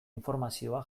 informazioa